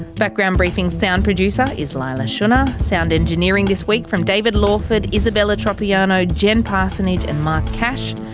background briefing's sound producer is leila shunnar. sound engineering this week from david lawford, isabella tropiano, jen parsonnage and mark cash.